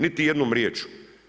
Niti jednom riječju.